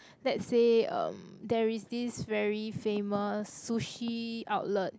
let's say um there is this very famous sushi outlet